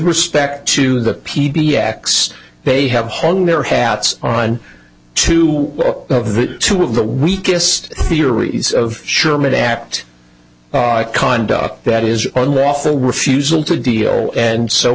respect to the p b x they have hung their hats on two of the two of the weakest theories of sherman act conduct that is unlawful refusal to deal and so